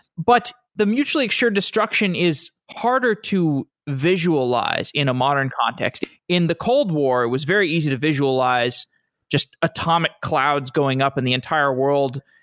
but the mutually assured destruction is harder to visualize in a modern context. in the cold war, it was very easy to visualize just atomic clouds going up in the entire world